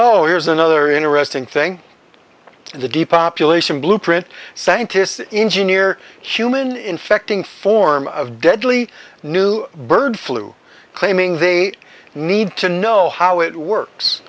oh here is another interesting thing in the depopulation blueprint scientists engineer human infecting form of deadly new bird flu claiming they need to know how it works